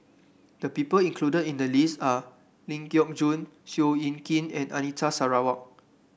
the people included in the list are Ling Geok Choon Seow Yit Kin and Anita Sarawak